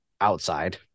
outside